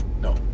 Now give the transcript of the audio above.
No